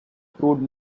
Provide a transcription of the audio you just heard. proved